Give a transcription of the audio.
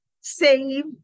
save